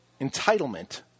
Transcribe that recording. entitlement